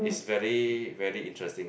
it's very very interesting